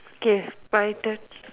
K my turn